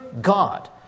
God